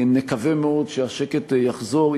ונקווה מאוד שהשקט יחזור.